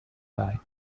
buy